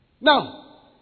Now